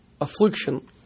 affliction